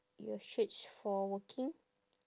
your shirts for working